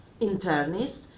internists